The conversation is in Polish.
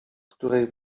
której